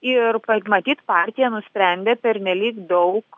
ir matyt partija nusprendė pernelyg daug